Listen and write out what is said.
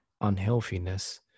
unhealthiness